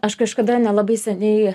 aš kažkada nelabai seniai